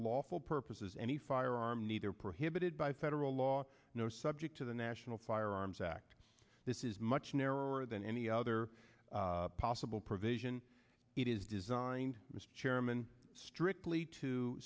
lawful purposes any firearm neither prohibited by federal law no subject to the national firearms act this is much narrower than any other possible provision it is designed mr chairman strictly to